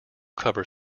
cover